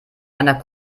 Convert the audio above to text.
einer